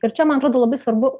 ir čia man atrodo labai svarbu